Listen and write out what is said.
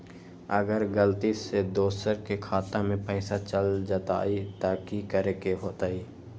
अगर गलती से दोसर के खाता में पैसा चल जताय त की करे के होतय?